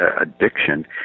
addiction